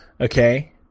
okay